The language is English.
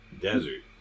Desert